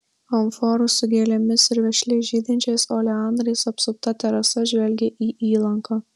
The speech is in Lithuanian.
amforų su gėlėmis ir vešliai žydinčiais oleandrais apsupta terasa žvelgė į įlanką